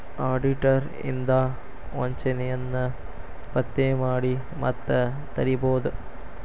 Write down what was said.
auditor ಇಂದಾ ವಂಚನೆಯನ್ನ ಪತ್ತೆ ಮಾಡಿ ಮತ್ತ ತಡಿಬೊದು